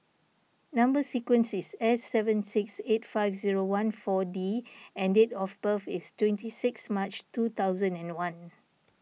Number Sequence is S seven six eight five zero one four D and date of birth is twenty six March two thousand and one